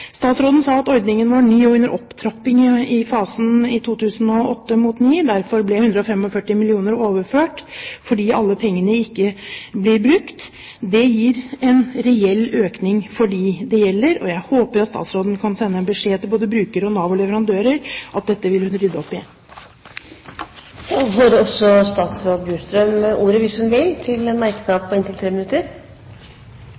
Statsråden sa at ordningen var ny og under opptrapping i fasen i 2008 mot 2009. Derfor ble 145 mill. kr overført, fordi alle pengene ikke ble brukt. Det gir en reell økning for dem det gjelder, og jeg håper at statsråden kan sende en beskjed til både bruker og Nav og leverandører om at dette vil hun rydde opp i. Jeg vil med en